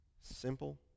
simple